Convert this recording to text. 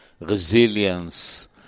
resilience